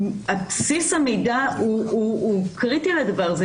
בסיס המידע הוא קריטי לדבר הזה.